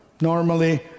Normally